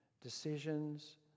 decisions